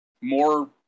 more